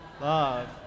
Love